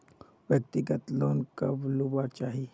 व्यक्तिगत लोन कब लुबार चही?